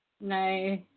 No